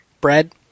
bread